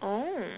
mm